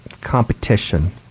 competition